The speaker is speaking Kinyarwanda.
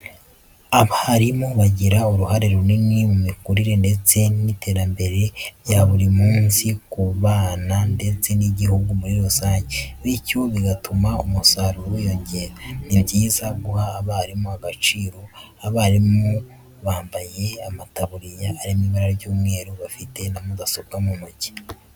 Abarimu bagira uruhare runini mu mikurire ndetse ni iterambera rya buri munsi ku bana ndetse n'igihugu muri rusange, bityo bigatuma umusaruro wiyongera. Ni byiza guha abarimu agaciro, abarimu bambaye amataburiya ari mu ibara ry'umweru bafite na mudasobwa mu ntoki.